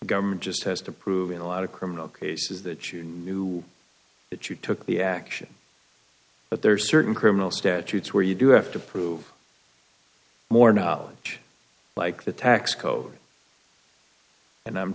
government just has to prove in a lot of criminal cases that you knew that you took the action but there are certain criminal statutes where you do have to prove more knowledge like the tax code and i'm